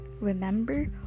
Remember